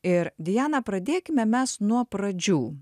ir diana pradėkime mes nuo pradžių